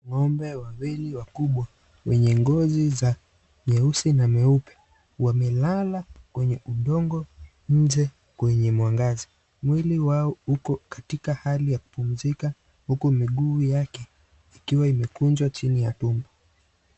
Ngombe wawili wakubwa wenye ngozi za nyeusi na meupe wamelala kwenye udongo nje kwenye mwangaza, mwili wao uko katika hali ya kupumzika huku miguu yake ikiwa imekunjwa chini ya tumbo.